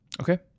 Okay